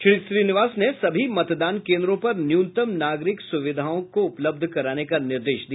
श्री श्रीनिवास ने सभी मतदान केन्द्रों पर न्यूनतम नागरिक सुविधाओं को उपलब्ध कराने का निर्देश दिया